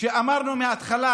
שאמרנו מההתחלה,